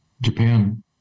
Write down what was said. japan